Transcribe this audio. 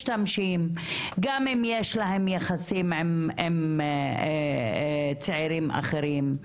משתמשים גם אם יש להן יחסים עם צעירים אחרים,